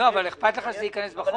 אכפת לך שזה ייכנס בחוק?